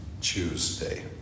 Tuesday